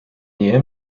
nii